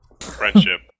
friendship